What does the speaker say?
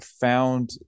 found